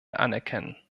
anerkennen